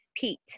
Pete